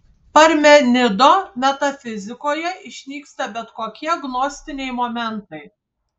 parmenido metafizikoje išnyksta bet kokie gnostiniai momentai